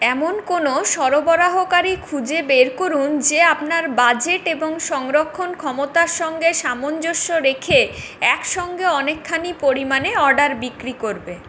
এমন কোনও সরবরাহকারী খুঁজে বের করুন যে আপনার বাজেট এবং সংরক্ষণ ক্ষমতার সঙ্গে সামঞ্জস্য রেখে একসঙ্গে অনেকখানি পরিমাণে অর্ডার বিক্রি করবে